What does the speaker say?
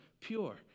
pure